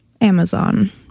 Amazon